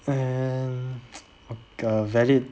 um like a valid